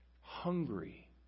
hungry